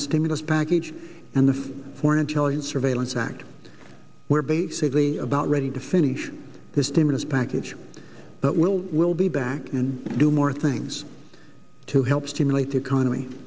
senate stimulus package and the foreign intelligence surveillance act we're basically about ready to finish the stimulus package but we'll we'll be back and do more things to help stimulate the economy